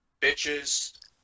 bitches